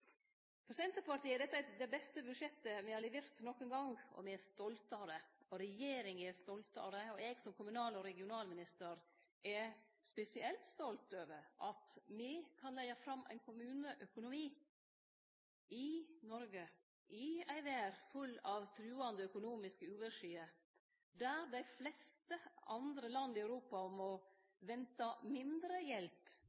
For Senterpartiet er dette det beste budsjettet me har levert nokon gong, og me er stolte av det. Regjeringa er stolt av det, og eg som kommunal- og regionalminister er spesielt stolt over at me kan leggje fram ein kommuneøkonomi i Noreg – i ei verd full av trugande økonomiske uvêrsskyar, der innbyggjarane i dei fleste andre land i Europa